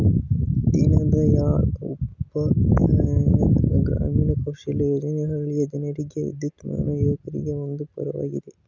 ದೀನದಯಾಳ್ ಉಪಾಧ್ಯಾಯ ಗ್ರಾಮೀಣ ಕೌಶಲ್ಯ ಯೋಜನೆ ಹಳ್ಳಿಯ ಜನರಿಗೆ ವಿದ್ಯಾವಂತ ಯುವಕರಿಗೆ ಒಂದು ವರವಾಗಿದೆ